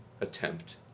attempt